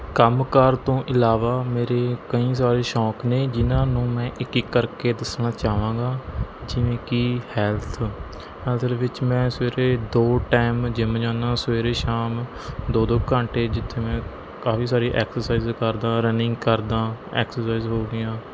ਕੰਮ ਕਾਰ ਤੋਂ ਇਲਾਵਾ ਮੇਰੇ ਕਈ ਸਾਰੇ ਸ਼ੌਂਕ ਨੇ ਜਿਹਨਾਂ ਨੂੰ ਮੈਂ ਇੱਕ ਇੱਕ ਕਰਕੇ ਦੱਸਣਾ ਚਾਹਵਾਂਗਾ ਜਿਵੇਂ ਕਿ ਹੈਲਥ ਹੈਲਥ ਦੇ ਵਿੱਚ ਮੈਂ ਸਵੇਰੇ ਦੋ ਟਾਈਮ ਜਿੰਮ ਜਾਂਦਾ ਸਵੇਰੇ ਸ਼ਾਮ ਦੋ ਦੋ ਘੰਟੇ ਜਿੱਥੇ ਮੈਂ ਕਾਫੀ ਸਾਰੀ ਐਕਸਸਾਈਜ਼ ਕਰਦਾਂ ਰਨਿੰਗ ਕਰਦਾਂ ਐਕਸਸਾਈਜ਼ ਹੋਗੀਆਂ